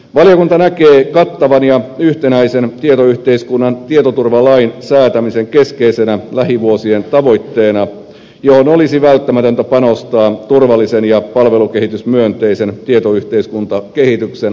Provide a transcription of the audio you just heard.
valiokunta näkee kattavan ja yhtenäisen tietoyhteiskunnan tietoturvalain säätämisen keskeisenä lähivuosien tavoitteena johon olisi välttämätöntä panostaa turvallisen ja palvelukehitysmyönteisen tietoyhteiskuntakehityksen varmistamiseksi